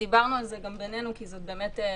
דיברנו על זה גם בינינו כי זו הצעה